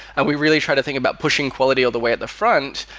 and we really try to think about pushing quality all the way at the front.